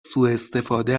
سوءاستفاده